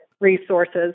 resources